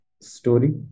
story